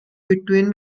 between